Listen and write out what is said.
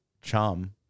Chum